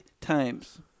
times